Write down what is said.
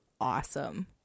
awesome